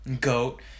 GOAT